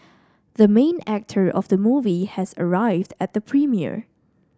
the main actor of the movie has arrived at the premiere